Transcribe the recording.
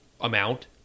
amount